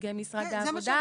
נציגי משרד העבודה.